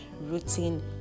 routine